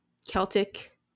celtic